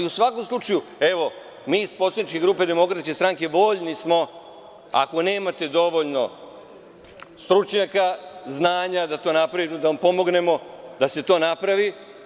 U svakom slučaju, evo, mi iz poslaničke grupe DS voljni smo, ako nemate dovoljno stručnjaka, znanja da to napravite da vam pomognemo da se to napravi.